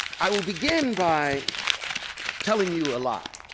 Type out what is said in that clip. i will begin by telling you a lie.